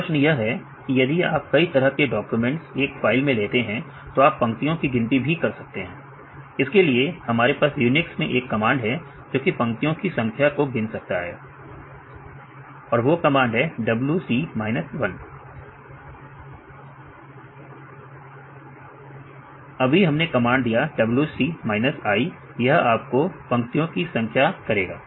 अब प्रश्न यह है कि यदि आप कई तरह के डाक्यूमेंट्स एक फाइल में लेते हैं तो आप पंक्तियों की गिनती भी कर सकते हैंl इसके लिए हमारे पास यूनिक्स में एक कमांड है जो की पंक्तियों की संख्या को गिन सकता हैl विद्यार्थी wc l अभी हमने कमांड दिया wc l यह आपको पंक्तियां की संख्या करेगा